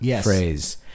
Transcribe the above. phrase